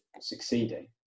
succeeding